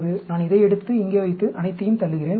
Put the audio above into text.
நான் இதை எடுத்து இங்கே வைத்து அனைத்தையும் தள்ளுகிறேன் 1